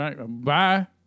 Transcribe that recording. Bye